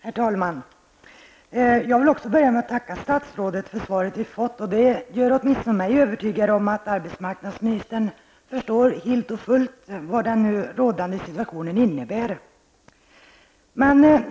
Herr talman! Jag vill också börja med att tacka statsrådet för svaret vi fått. Det gör åtminstone mig övertygad om att arbetsmarknadsministern förstår helt och fullt vad den nu rådande situationen innebär.